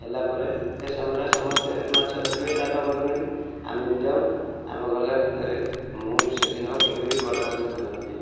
ହେଲା ପରେ ଦେଶ ମରା ସମସ୍ତେ ମାଛ ଧରିବେ ଜାଲ ଘରୁ ନେଇକି ଆମେ ବି ଯାଉ ଆମେ ଗଲା ଭିତରେ ମୁଁ ସେଦିନ କେବେ ବି ବଡ଼ ମାଛ ଧରିନଥିଲି